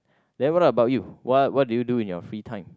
then what about you what what do you do in your free time